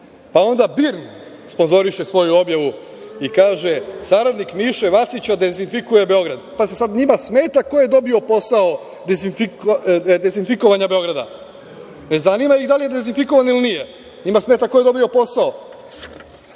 onda BIRN sponzoriše svoju objavu i kaže: „Saradnik Miše Vacića dezinfikuje Beograd“. Pazite, sad njima smeta ko je dobio posao dezinfikovanja Beograda. Ne zanima ih da li je dezinfikovan ili nije, njima smeta ko je dobio posao. Pa,